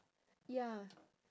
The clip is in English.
ya